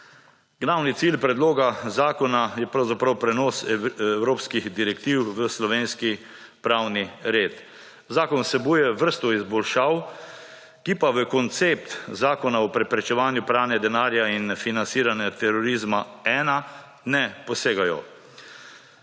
Glavni cilj predloga zakona je pravzaprav prenos evropskih direktiv v slovenski pravni red. Zakon vsebuje vrsto izboljšav, ki pa v koncept Zakona o preprečevanju pranja denarja in financiranja terorizma-1 ne posegajo.